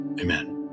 amen